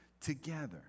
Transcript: together